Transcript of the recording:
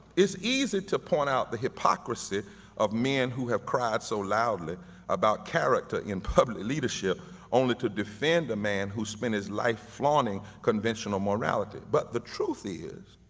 it's easy to point out the hypocrisy of men who have cried so loudly about character in public leadership only to defend a man who spent his life flaunting conventional morality, but the truth is,